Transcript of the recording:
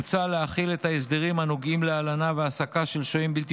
מוצע להחיל את ההסדרים הנוגעים להלנה ולהעסקה של שוהים בלתי